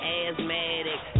asthmatic